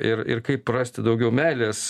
ir ir kaip rasti daugiau meilės